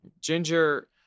Ginger